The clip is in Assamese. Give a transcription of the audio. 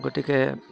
গতিকে